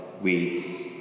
weeds